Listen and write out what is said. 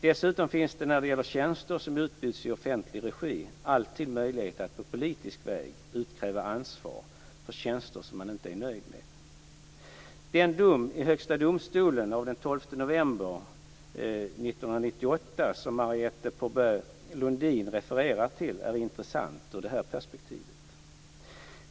Dessutom finns det när det gäller tjänster som utbjuds i offentlig regi alltid möjlighet att på politisk väg utkräva ansvar för tjänster som man inte är nöjd med. Lundin refererar till är intressant ur detta perspektiv.